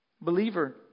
Believer